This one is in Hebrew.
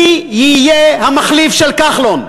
מי יהיה המחליף של כחלון.